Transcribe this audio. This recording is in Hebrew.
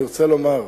אני רוצה לומר,